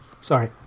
Sorry